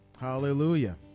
Hallelujah